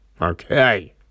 Okay